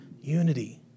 unity